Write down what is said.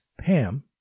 Pam